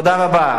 תודה רבה.